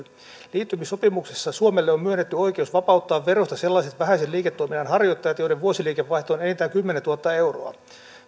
liittymissopimuksessa suomelle on myönnetty oikeus vapauttaa verosta sellaiset vähäisen liiketoiminnan harjoittajat joiden vuosiliikevaihto on enintään kymmenentuhatta euroa